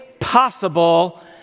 possible